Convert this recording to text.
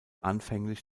anfänglich